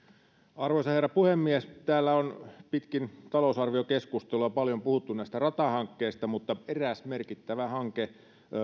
arvoisa herra puhemies täällä on pitkin talousarviokeskustelua puhuttu paljon näistä ratahankkeista mutta eräs merkittävä hanke